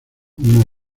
una